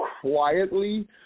quietly